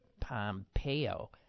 Pompeo